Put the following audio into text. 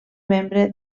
membre